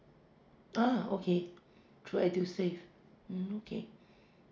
ah okay through edusave mm okay